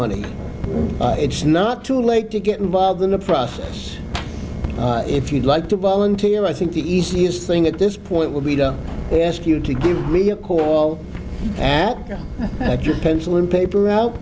money it's not too late to get involved in the process if you'd like to volunteer i think the easiest thing at this point will be to ask you to give me a call at at your pencil and paper out